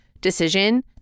decision